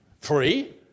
free